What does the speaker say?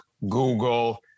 Google